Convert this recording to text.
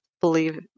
believe